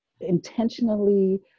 intentionally